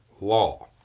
law